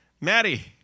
Maddie